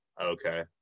okay